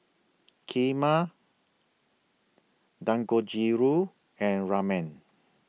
Kheema Dangojiru and Ramen